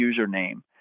username